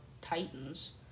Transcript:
Titans